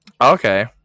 okay